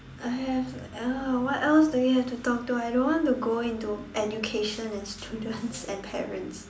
I have uh what else do we have to talk to I don't want to go into education and students and parents